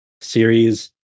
series